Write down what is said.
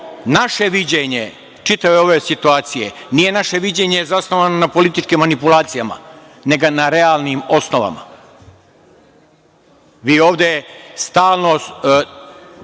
naše viđenje čitave ove situacije. Nije naše viđenje zasnovano na političkim manipulacijama, nego na realnim osnovama. Vi ovde stalno